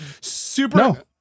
Super